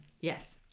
Yes